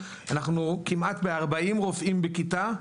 אנחנו כמעט ב-40 רופאים בכיתה.